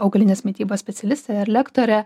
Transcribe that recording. augalinės mitybos specialistė lektorė